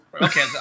Okay